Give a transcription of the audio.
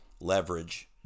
leverage